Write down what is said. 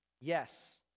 Yes